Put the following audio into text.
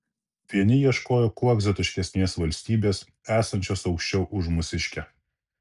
vieni ieškojo kuo egzotiškesnės valstybės esančios aukščiau už mūsiškę